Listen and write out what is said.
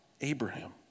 Abraham